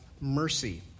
mercy